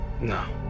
No